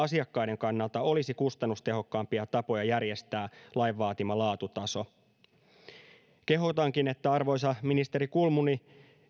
asiakkaiden kannalta olisi kustannustehokkaampia tapoja järjestää lain vaatima laatutaso kehotankin että kiinnittäisitte arvoisa ministeri kulmuni